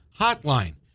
Hotline